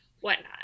whatnot